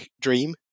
dream